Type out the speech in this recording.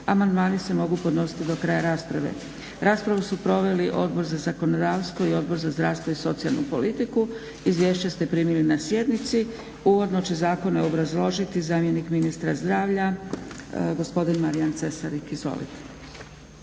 Amandmani se mogu podnositi do kraja rasprave. Raspravu su proveli Odbor za zakonodavstvo i zdravstvo i socijalnu politiku. Izvješće ste primili na sjednici. Uvodno će zakone obrazložiti zamjenik ministra zdravlja gospodin Marijan Cesarik. Izvolite.